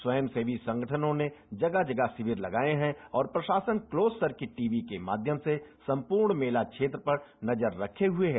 स्वयंसेवी संगठनों ने जगह जगह शिविर लगाये हैं और प्रशासन क्लोस सर्किट टी वी के माध्यम से सम्पूर्ण मेला क्षेत्र पर नजर रखे हुए है